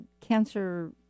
Cancer